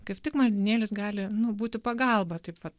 kaip tik maldynėlis gali nu būti pagalba taip vat